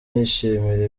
yishimira